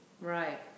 Right